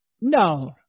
No